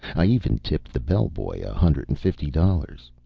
i even tipped the bellboy a hundred and fifty dollars.